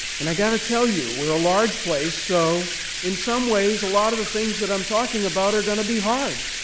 and i've got to tell you we're a large place, so in some ways a lot of the things that i'm talking about are going to be hard.